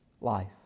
life